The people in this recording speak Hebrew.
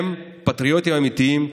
הם פטריוטים אמיתיים,